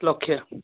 ଲକ୍ଷେ